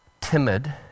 timid